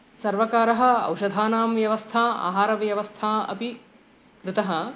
सर्वकारेण औषधानां व्यवस्था आहारव्यवस्था अपि कृता